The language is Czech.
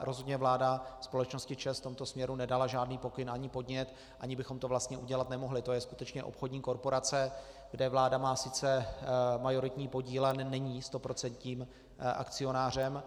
Rozhodně vláda společnosti ČEZ v tomto směru nedala žádný pokyn ani podnět, ani bychom to vlastně udělat nemohli, to je skutečně obchodní korporace, kde vláda má sice majoritní podíl, ale není stoprocentním akcionářem.